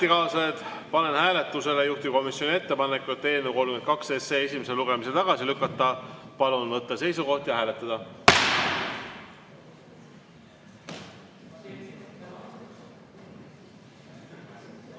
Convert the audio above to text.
ametikaaslased, panen hääletusele juhtivkomisjoni ettepaneku eelnõu 32 esimesel lugemisel tagasi lükata. Palun võtta seisukoht ja hääletada!